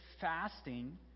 fasting